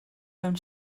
mewn